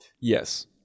Yes